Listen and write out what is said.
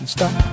Stop